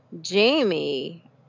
Jamie